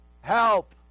Help